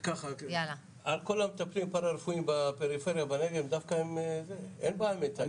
כל המטפלים הפרה-רפואיים בפריפריה בנגב דווקא הם באים מהצפון.